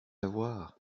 avoir